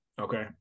Okay